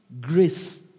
grace